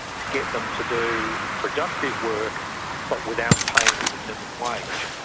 to get them to do productive work but without paying them them minimum wage.